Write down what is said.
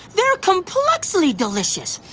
they're complexly delicious!